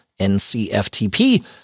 NCFTP